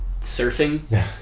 surfing